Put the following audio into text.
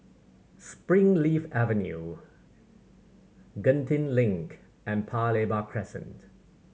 Springleaf Avenue Genting Link and Paya Lebar Crescent